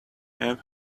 have